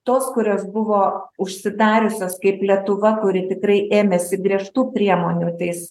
tos kurios buvo užsidariusios kaip lietuva kuri tikrai ėmėsi griežtų priemonių tais